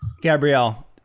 Gabrielle